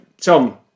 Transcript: Tom